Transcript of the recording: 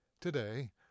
Today